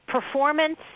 performance